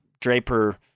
Draper